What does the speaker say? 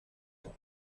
the